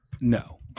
No